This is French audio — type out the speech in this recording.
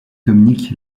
dominique